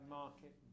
market